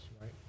right